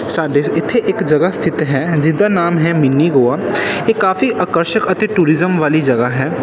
ਸਾਡੇ ਇੱਥੇ ਇੱਕ ਜਗ੍ਹਾ ਸਥਿੱਤ ਹੈ ਜਿਹਦਾ ਨਾਮ ਹੈ ਮਿੰਨੀ ਗੋਆ ਇਹ ਕਾਫ਼ੀ ਆਕਰਸ਼ਿਕ ਅਤੇ ਟੂਰਿਜ਼ਮ ਵਾਲੀ ਜਗ੍ਹਾ ਹੈ